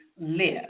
live